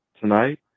tonight